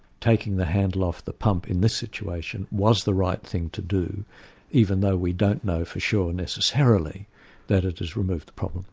taking the handle off the pump in this situation was the right thing to do even though we don't know for sure necessarily that it has removed the problem.